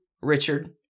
Richard